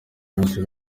benshi